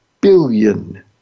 billion